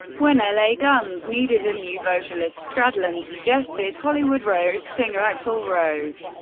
when l a. guns needed a new vocalist, stradlin suggested hollywood rose singer axl rose.